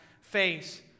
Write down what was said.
face